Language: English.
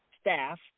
staff